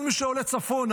כל מי שעולה צפונה,